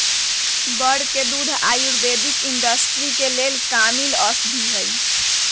बड़ के दूध आयुर्वैदिक इंडस्ट्री के लेल कामिल औषधि हई